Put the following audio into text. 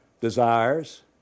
desires